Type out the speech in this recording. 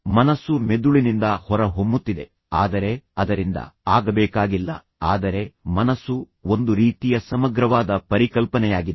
ಮನಸ್ಸು ಮೆದುಳಿನಿಂದ ಹೊರಹೊಮ್ಮುತ್ತಿದೆ ಆದರೆ ಅದರಿಂದ ಆಗಬೇಕಾಗಿಲ್ಲ ಆದರೆ ಮನಸ್ಸು ಒಂದು ರೀತಿಯ ಸಮಗ್ರವಾದ ಪರಿಕಲ್ಪನೆಯಾಗಿದೆ